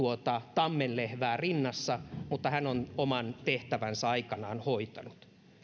tammenlehvää rinnassa mutta joka on oman tehtävänsä aikanaan hoitanut